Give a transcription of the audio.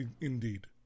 indeed